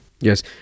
yes